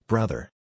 Brother